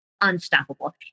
unstoppable